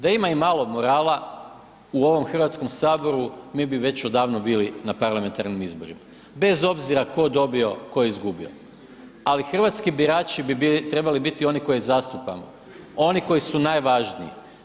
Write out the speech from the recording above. Da ima i malo morala u ovom Hrvatskom saboru mi bi već odavno bili na parlamentarnim izborima, bez obzira tko dobio, tko izgubio, ali hrvatski birači bi trebali biti oni koje zastupamo, oni koji su najvažniji.